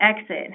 exit